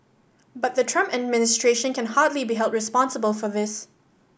but the Trump administration can hardly be held responsible for this